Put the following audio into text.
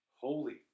holy